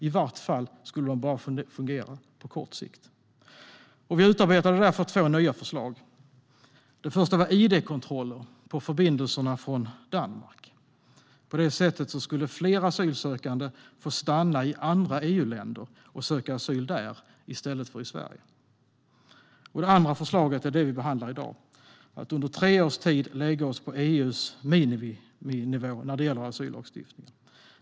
I varje fall skulle kontrollerna fungera bara på kort sikt. Regeringen utarbetade därför två nya förslag. Det första var id-kontroller på förbindelserna från Danmark. På det sättet skulle fler asylsökande stanna i andra EU-länder och söka asyl där i stället för i Sverige. Det andra förslaget är det förslag vi behandlar i dag, nämligen att Sverige under tre års tid lägger sig på EU:s miniminivå när det gäller asyllagstiftningen.